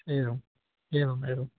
एवम् एवमेवं